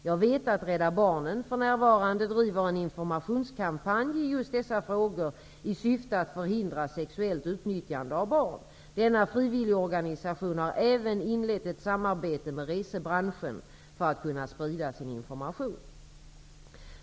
Jag vet att Rädda Barnen för närvarande driver en informationskampanj just i dessa frågor, i syfte att förhindra sexuellt utnyttjande av barn. Denna frivilligorganisation har även inlett ett samarbete med resebranschen för att kunna sprida sin information.